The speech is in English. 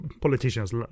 politicians